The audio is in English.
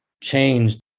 changed